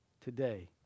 today